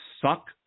suck